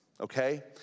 Okay